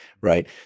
right